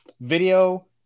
video